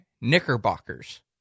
Knickerbockers